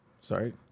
Sorry